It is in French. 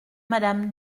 madame